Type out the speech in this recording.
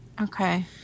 Okay